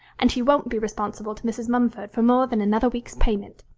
and he won't be responsible to mrs. mumford for more than another week's payment.